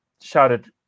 shouted